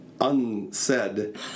unsaid